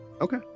Okay